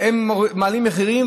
הן מעלות מחירים.